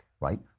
right